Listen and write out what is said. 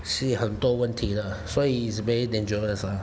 是很多问题的所以 it's very dangerous ah